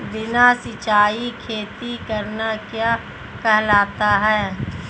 बिना सिंचाई खेती करना क्या कहलाता है?